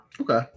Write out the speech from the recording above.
Okay